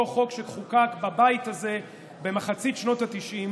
אותו חוק שחוקק בבית הזה באמצע שנות התשעים